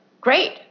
great